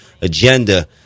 agenda